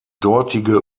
dortige